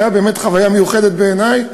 הייתה באמת חוויה מיוחדת בעיני,